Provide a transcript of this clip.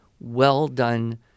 well-done